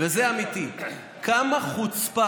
וזה אמיתי: כמה חוצפה,